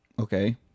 Okay